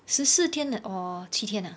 十四天的 or 七天的